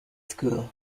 school